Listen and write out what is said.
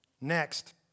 Next